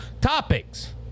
topics